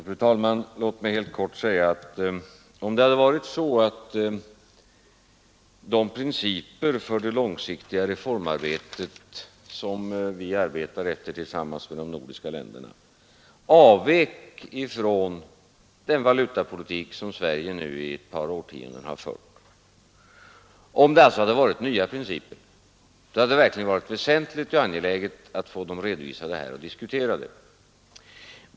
Fru talman! Låt mig helt kort säga att om det hade varit så, att de principer för det långsiktiga reformarbetet, som vi arbetar efter tillsammans med de andra nordiska länderna, avvek från den valutapolitik som Sverige nu i ett par årtionden har fört, om det alltså hade varit nya principer, hade det verkligen varit angeläget att få dem redovisade och diskuterade här.